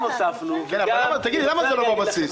בבסיס?